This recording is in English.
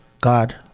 god